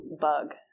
bug